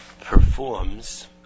performs